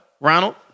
Ronald